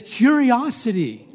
curiosity